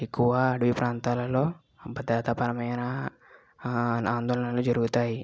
ఎక్కువ అడవి ప్రాంతాలలో భద్రతాపరమైన ఆందోళనలు జరుగుతాయి